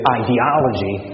ideology